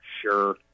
sure